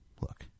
Look